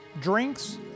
drinks